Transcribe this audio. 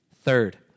Third